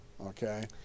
okay